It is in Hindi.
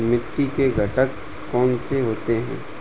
मिट्टी के घटक कौन से होते हैं?